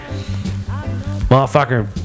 Motherfucker